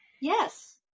Yes